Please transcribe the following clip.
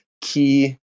key